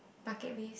bucket list